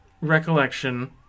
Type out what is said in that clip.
recollection